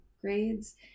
grades